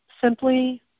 simply